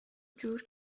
جور